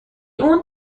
اون